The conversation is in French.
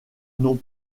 non